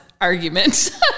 argument